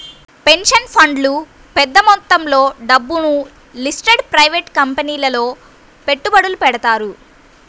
pension ఫండ్లు పెద్ద మొత్తంలో డబ్బును లిస్టెడ్ ప్రైవేట్ కంపెనీలలో పెట్టుబడులు పెడతారు